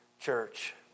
church